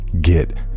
get